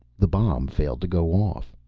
the bomb failed to go off.